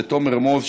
לתומר מוז,